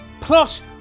Plus